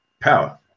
power